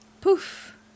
Poof